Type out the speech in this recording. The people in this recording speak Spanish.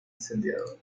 incendiado